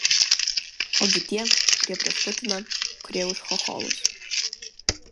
ogi tie kurie prieš putiną kurie už chocholus